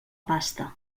pasta